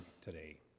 today